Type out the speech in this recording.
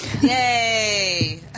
Yay